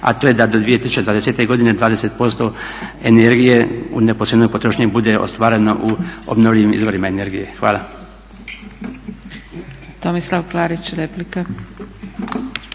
a to je da do 2020. godine 20% energije u neposrednoj potrošnji bude ostvareno u obnovljivim izvorima energije. Hvala. **Zgrebec, Dragica